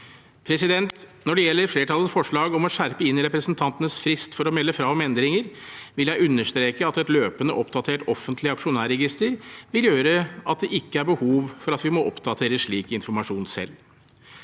Stortinget. Når det gjelder flertallets forslag om å skjerpe inn representantenes frist for å melde fra om endringer, vil jeg understreke at et løpende oppdatert offentlig aksjonærregister vil gjøre at det ikke er behov for at vi må oppdatere slik informasjon selv.